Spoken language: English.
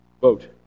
Vote